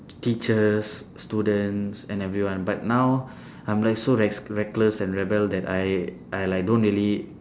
teachers students and everyone but now I'm like so rest reckless and rebel that I I like don't really